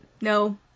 No